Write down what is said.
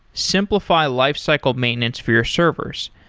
simplify lifecycle maintenance for your servers.